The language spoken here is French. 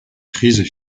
crise